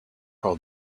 call